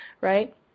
right